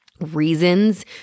reasons